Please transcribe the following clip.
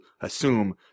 assume